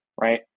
right